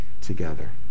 together